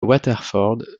waterford